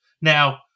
Now